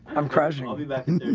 i'm crashing. i'll be back